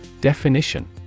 Definition